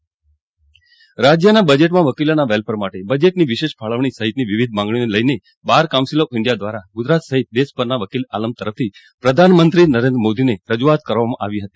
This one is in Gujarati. સરવૈયા વકીલ આવેદનપત્ર રાજ્યના બજેટમાં વકીલોના વેલ્ફેર માટે બજેટની વિશેષ ફાળવણી સહિતની વિવિધ માંગણીઓને લઈ બાર કાઉન્સીલ ઓફ ઈન્ડિયા દ્વારા ગુજરાત સહિત દેશભરના વકીલઆલમ તરફથી પ્રધાનમંત્રી નરેન્દ્ર મોદીને રજૂઆત કરવામાં આવી હતી